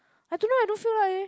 I don't know I don't feel like eh